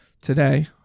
today